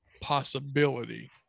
possibility